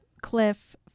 cliff